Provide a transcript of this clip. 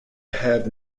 have